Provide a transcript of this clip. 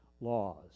laws